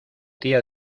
tía